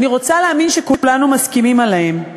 אני רוצה להאמין שכולנו מסכימים עליהם.